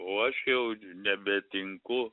o aš jau nebetinku